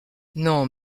non